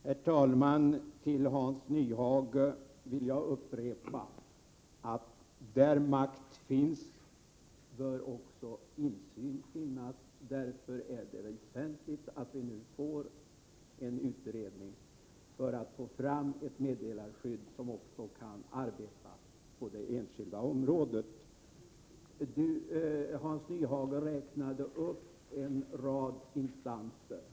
Herr talman! Jag vill upprepa för Hans Nyhage: Där makt finns bör också insyn finnas. Därför är det väsentligt att vi nu får en utredning för att få fram ett meddelarskydd, som också kan gälla på det enskilda området. Hans Nyhage räknade upp en rad instanser.